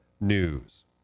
news